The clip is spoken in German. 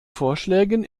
vorschlägen